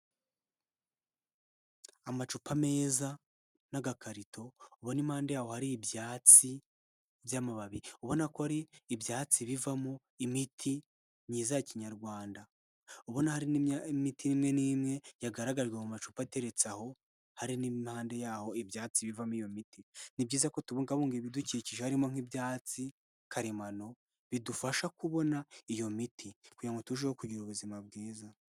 Amacupa meza n'agakarito, uwo ni mpande yaho hari ibyatsi by'amababi, ubona ko ari ibyatsi bivamo imiti myiza ya kinyarwanda, ubona hari n'imiti imwe n'imwe yagaragajwe mu macupa ateretse aho, hari n'imipande yaho ibyatsi bivamo iyo miti, ni byiza ko tubungabunga ibidukikije, harimo nk'ibyatsi karemano, bidufasha kubona iyo miti, kugira ngo turusheho kugira ubuzima bwiza.